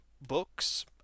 books